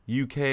UK